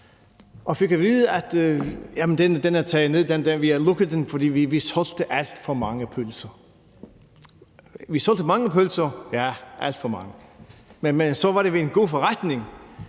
er taget ned, vi har lukket den, for vi solgte alt for mange pølser. Solgte I mange pølser? Ja, alt for mange. Men så var det vel en god forretning?